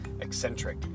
eccentric